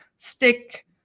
stick